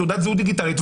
תעודת זהות דיגיטלית,